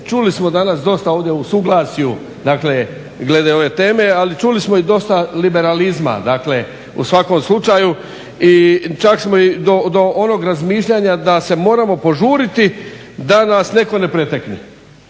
čuli smo danas dosta ovdje o suglasju glede ove teme ali čuli smo i dosta liberalizma u svakom slučaju i čak smo do onog razmišljanja da se moramo požuriti da nas netko ne pretekne.